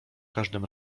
każdym